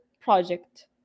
project